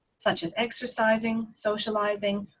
such as, exercising, socialising,